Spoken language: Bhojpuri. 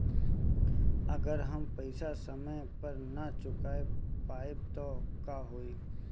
अगर हम पेईसा समय पर ना चुका पाईब त का होई?